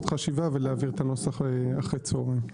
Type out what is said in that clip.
עוד חשיבה ולהעביר את הנוסח אחר הצהריים.